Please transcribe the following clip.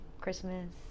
Christmas